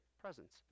presence